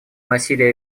насилия